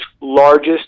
largest